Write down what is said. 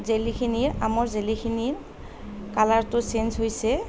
জেলিখিনি আমৰ জেলিখিনিৰ কালাৰটো চেঞ্জ হৈছে